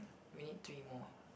we need three more eh